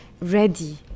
ready